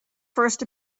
first